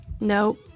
No